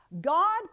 God